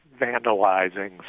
vandalizing